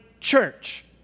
church